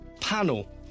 Panel